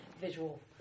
visual